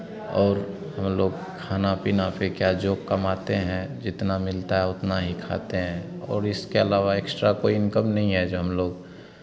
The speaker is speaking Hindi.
और हम लोग खाना पीना फिर क्या जो कमाते हैं जितना मिलता है उतना ही खाते हैं और इसके अलवा एक्स्ट्रा कोई इन्कम नहीं है जो हम लोग